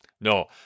No